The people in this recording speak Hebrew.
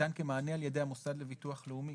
ניתן כמענה על ידי המוסד לביטוח לאומי.